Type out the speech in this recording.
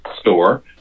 store